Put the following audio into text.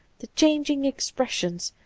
the changing expressions,